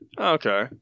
Okay